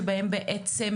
שבהן בעצם